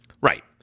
Right